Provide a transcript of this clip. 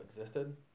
existed